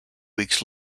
weeks